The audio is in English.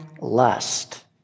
lust